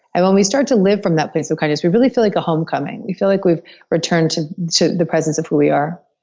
and when we start to live from that place of kindness we really feel like a homecoming, we feel like we've returned to to the presence of who we are